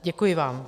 Děkuji vám.